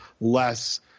less